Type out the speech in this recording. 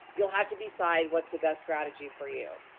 you'll have to decide what's the best strategy for you.